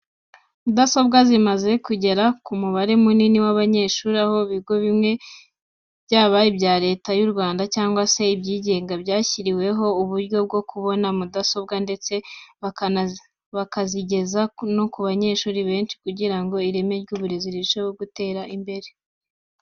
Mudasobwa zimaze kugera ku mubare munini w'abanyeshuri, aho ibigo bimwe na bimwe byaba ibya Leta y'u Rwanda cyangwa se ibyigenga byashyiriweho uburyo bwo kubona mudasobwa, ndetse bakazigeza no ku banyeshuri benshi kugira ngo ireme ry'uburezi rirusheho gutera imbere.